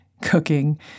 cooking